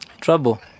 Trouble